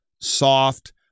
soft